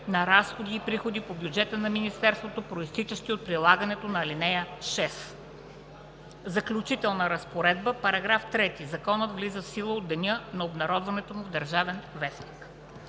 на разходи и приходи по бюджета на министерството, произтичащи от прилагането на ал. 6.“ „Заключителна разпоредба § 3. Законът влиза в сила от деня на обнародването му в „Държавен вестник“.“